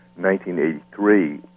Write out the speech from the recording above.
1983